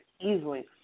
easily